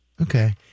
Okay